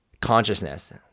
consciousness